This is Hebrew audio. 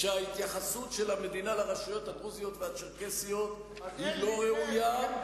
שההתייחסות של המדינה לרשויות הדרוזיות והצ'רקסיות היא לא ראויה,